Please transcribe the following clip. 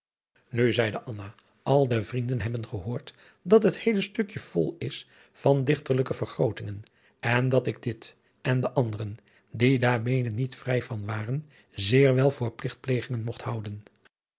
nu zeide anna al de vrienden hebben gehoord dat het heele stukje vol is van dichterlijke vergrootingen en dat ik dit en de anderen die daar mede niet vrij van waren zeer wel voor pligtplegingen mogt houden